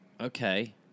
Okay